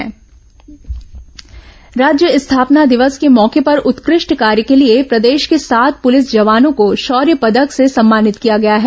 police शौर्य पदक राज्य स्थापना दिवस के मौके पर उत्कृष्ट कार्य के लिए प्रदेश के सात प्रलिस जवानों को शौर्य पदक से सम्मानित किया गया है